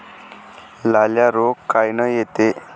लाल्या रोग कायनं येते?